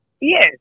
Yes